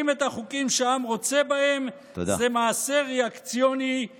את החוקים שהעם רוצה בהם זה מעשה ריאקציוני,